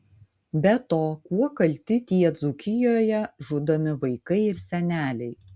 be to kuo kalti tie dzūkijoje žudomi vaikai ir seneliai